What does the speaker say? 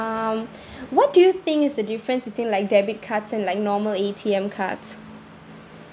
um what do you think is the difference between like debit cards and like normal A_T_M cards